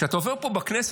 כשאתה עובר פה בכנסת,